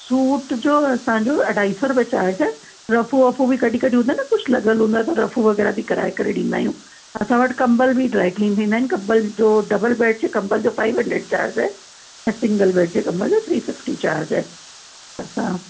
suit जो असांजो अढाई सौ रुपया चार्ज आहे रफ़ू वफ़ू बि कॾहिं कॾहिं हूंदो आहे न कुझु लॻल हूंदो आहे त रफ़ू वग़ैरह बि कराए करे ॾींदा आहियूं असां वटि कंबल बि ड्रायक्लीन थींदा आहिनि कंबल जो डबल बेड जे कंबल जो फ़ाइव हंड्रेड चार्ज आहे ऐं सिंगल बेड जे कंबल जो थ्री फ़िफ़्टी चार्ज आहे असां